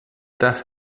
dass